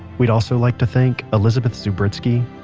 we'd also like to thank elizabeth zubritsky,